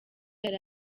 yari